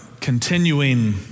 continuing